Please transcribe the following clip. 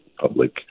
public